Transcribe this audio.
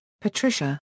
Patricia